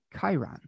Chiron